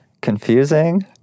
Confusing